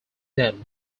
them